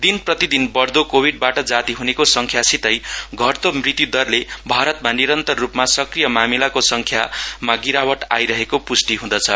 दिन प्रति दिन बढ़दो कोविडबाट जाति हनेको संख्यासितै घट्दो मृत्यु दरले भारतमा निरन्तररूपमा सक्रिय मामिलको संख्यामा गिरावट आइरहेको पुष्टि हुँदछ